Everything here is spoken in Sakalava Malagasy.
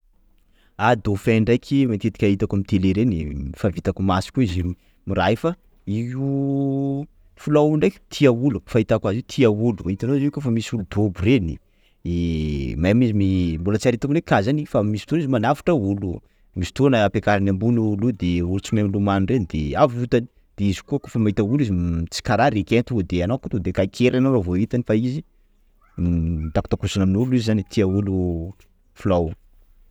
Ah Dauphin ndraiky matetika hitako aminy tele reny, fa avy hitako maso koa izy mi raha io fa, io filao io ndraiky tia olo fahitako azy io tia olo, hitanao izy io koa fa misy olo dobo reny, de même izy mbola tsy ary hitako ndraiky cas zany! fa misy fotoany izy manavotra olo, misy fotoana ampiakariny ambony olo io de olo tsy mahay milomano reny de avotany, izy koa fa mahita olo izy mm tsy karaha Requin tonga de kakeriny anao raha vao hitany fa izy mitakosikosina amin'olo izy zany, tia olo filao.